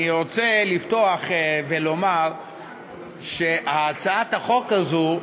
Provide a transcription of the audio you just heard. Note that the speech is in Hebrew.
אני רוצה לפתוח ולומר שהצעת החוק הזו,